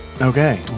Okay